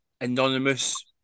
anonymous